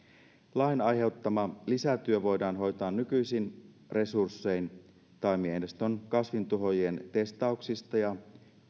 lain aiheuttama lisätyö voidaan hoitaa nykyisin resurssein taimiaineiston kasvintuhoojien testauksista ja